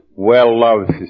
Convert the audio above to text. well-loved